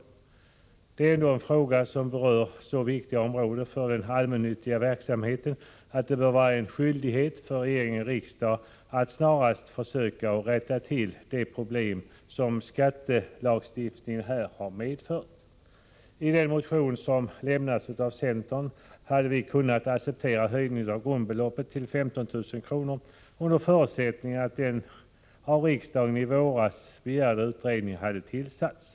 Det gäller ju ändå en fråga som berör så viktiga områden för den allmännyttiga verksamheten att det bör vara en skyldighet för regering och riksdag att snarast försöka komma till rätta med de problem som skattelagstiftningen härvidlag har medfört. I fråga om den motion som avlämnats från centern vill jag säga att vi hade kunnat acceptera höjningen av grundbeloppet till 15 000 kr. under förutsättning att den av riksdagen i våras begärda utredningen hade tillsatts.